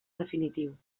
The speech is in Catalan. definitiu